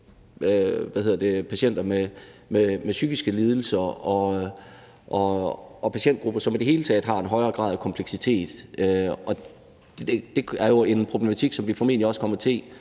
patienter med psykiske lidelser og patientgrupper, som i det hele taget har en højere grad af kompleksitet. Det er jo en problematik, som vi formentlig også kommer til